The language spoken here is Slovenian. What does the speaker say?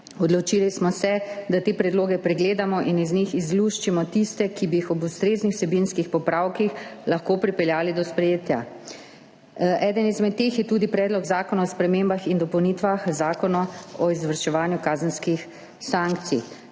Odločili smo se, da te predloge pregledamo in iz njih izluščimo tiste, ki bi jih ob ustreznih vsebinskih popravkih lahko pripeljali do sprejetja. Eden izmed teh je tudi Predlog zakona o spremembah in dopolnitvah Zakona o izvrševanju kazenskih sankcij.